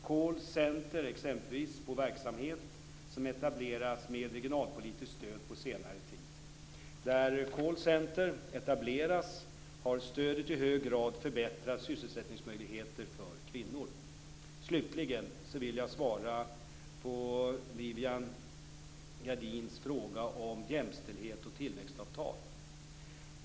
Callcenter är exempel på verksamhet som etablerats med regionalpolitiskt stöd på senare tid. Där callcenter etablerats har stödet i hög grad förbättrat sysselsättningsmöjligheterna för kvinnor. Slutligen vill jag svara på Viviann Gerdins fråga om jämställdhet och tillväxtavtal.